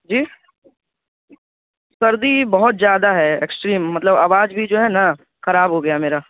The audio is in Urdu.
جی سردی بہت زیادہ ہے ایکسٹریم مطلب آواز بھی جو ہے نا خراب ہو گیا میرا